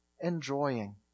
enjoying